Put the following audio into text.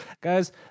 Guys